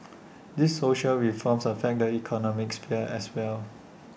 these social reforms affect the economic sphere as well